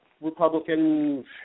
Republican